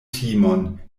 timon